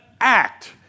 act